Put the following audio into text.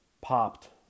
popped